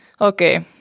Okay